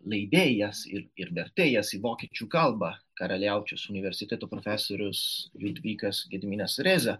leidėjas ir ir vertėjas į vokiečių kalbą karaliaučiaus universiteto profesorius liudvikas gediminas rėza